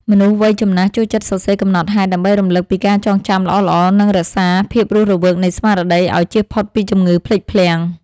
មនុស្សវ័យចំណាស់ ចូលចិត្តសរសេរកំណត់ហេតុដើម្បីរំលឹកពីការចងចាំល្អៗ និងរក្សាភាពរស់រវើកនៃស្មារតីឱ្យជៀសផុតពីជំងឺភ្លេចភ្លាំង។